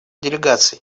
делегаций